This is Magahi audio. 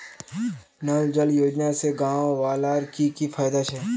नल जल योजना से गाँव वालार की की फायदा छे?